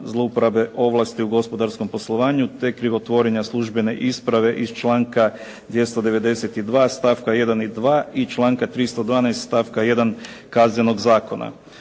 zlouporabe ovlasti u gospodarskom poslovanju te krivotvorenja službene isprave iz članka 292. stavka 1. i 2. i članka 312. stavka 1. Kaznenog zakona.